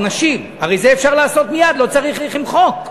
נשים, הרי את זה אפשר לעשות מייד, לא צריך עם חוק.